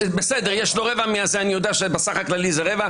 אני יודע שבכללי זה רבע,